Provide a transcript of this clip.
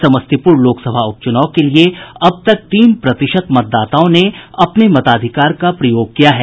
समस्तीपुर लोकसभा उपचुनाव के लिए अब तक तीन प्रतिशत मतदाताओं ने अपने मताधिकार का प्रयोग किया है